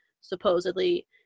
supposedly